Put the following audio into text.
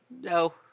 No